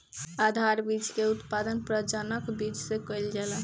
आधार बीज के उत्पादन प्रजनक बीज से कईल जाला